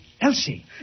Elsie